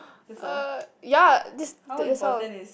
uh ya that's that's all